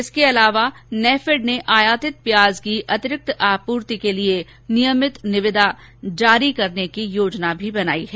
इसके अलावा नेफेड ने आयाति प्याज की अतिरिक्त आपूर्ति के लिए नियमित निविदा जारी करने की योजना बनाई है